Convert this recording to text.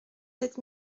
sept